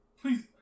Please